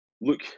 look